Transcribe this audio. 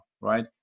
right